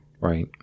Right